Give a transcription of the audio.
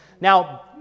Now